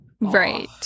right